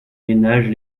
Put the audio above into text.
ménages